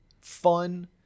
fun